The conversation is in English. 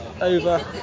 over